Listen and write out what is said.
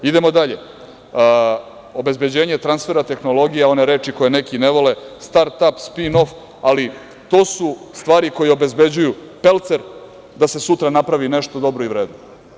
Idemo dalje, obezbeđenje transfera tehnologija, one reči koju neki ne vole, „startap“, „spinof“ ali to su stvari koje obezbeđuju pelcer da se sutra napravi nešto dobro i vredno.